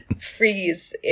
freeze